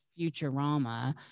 Futurama